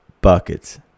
buckets